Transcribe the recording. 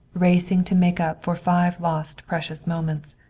racing to make up for five lost precious moments.